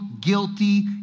guilty